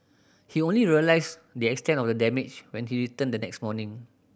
he only realised the extent of the damage when he returned the next morning